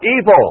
evil